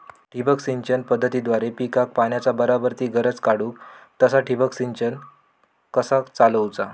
ठिबक सिंचन पद्धतीद्वारे पिकाक पाण्याचा बराबर ती गरज काडूक तसा ठिबक संच कसा चालवुचा?